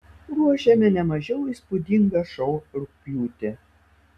ruošiame ne mažiau įspūdingą šou rugpjūtį